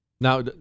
Now